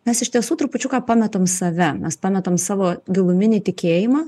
mes iš tiesų trupučiuką pametam save mes pametam savo giluminį tikėjimą